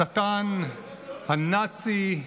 השטן הנאצי,